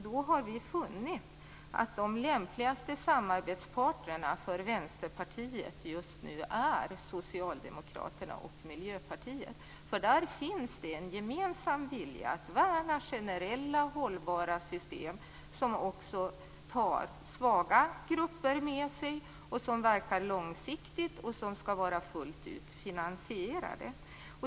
Då har vi funnit att de lämpligaste samarbetspartnerna för Vänsterpartiet just nu är Socialdemokraterna och Miljöpartiet. Där finns det en gemensam vilja att värna generella hållbara system som också omfattar svaga grupper och verkar långsiktigt och som skall vara fullt ut finansierade.